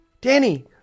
Danny